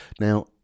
Now